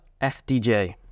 FDJ